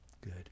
Good